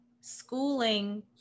schooling